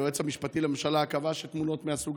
היועץ המשפטי לממשלה קבע שתמונות מהסוג